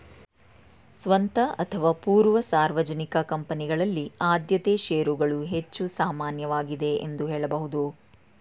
ಸ್ವಂತ ಅಥವಾ ಪೂರ್ವ ಸಾರ್ವಜನಿಕ ಕಂಪನಿಗಳಲ್ಲಿ ಆದ್ಯತೆ ಶೇರುಗಳು ಹೆಚ್ಚು ಸಾಮಾನ್ಯವಾಗಿದೆ ಎಂದು ಹೇಳಬಹುದು